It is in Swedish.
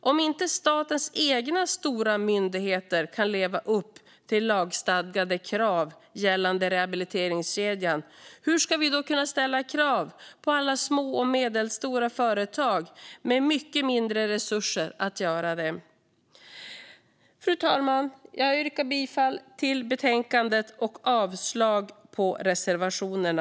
Om inte statens egna stora myndigheter kan leva upp till lagstadgade krav gällande rehabiliteringskedjan, hur ska vi då kunna ställa det kravet på alla små och medelstora företag med mycket mindre resurser? Fru talman! Jag yrkar bifall till förslaget i betänkandet och avslag på reservationerna.